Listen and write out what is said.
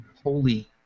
Holy